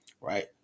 right